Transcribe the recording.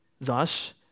Thus